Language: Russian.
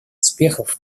успехов